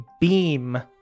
beam